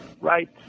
right